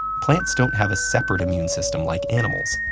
plants don't have a separate immune system like animals.